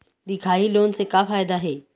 दिखाही लोन से का फायदा हे?